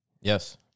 Yes